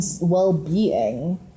well-being